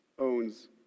owns